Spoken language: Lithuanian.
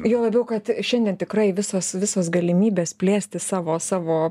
juo labiau kad šiandien tikrai visos visos galimybės plėsti savo savo